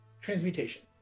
Transmutation